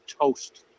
toast